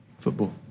Football